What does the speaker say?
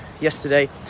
yesterday